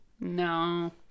No